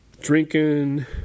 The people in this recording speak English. drinking